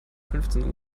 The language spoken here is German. fünfzehn